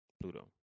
Pluto